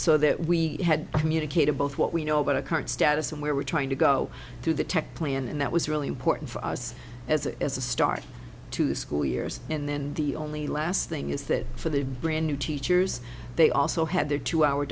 so that we had communicated both what we know about our current status and where we're trying to go through the tech plan and that was really important for us as a as a start to the school years and then the only last thing is that for the brand new teachers they also had their two hour